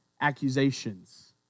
accusations